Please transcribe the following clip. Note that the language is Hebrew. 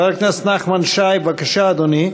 חבר הכנסת נחמן שי, בבקשה, אדוני.